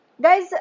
guys